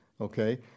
okay